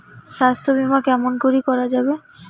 স্বাস্থ্য বিমা কেমন করি করা যাবে?